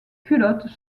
culottes